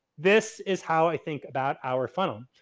this is how i think about our funnel.